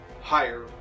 higher